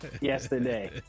yesterday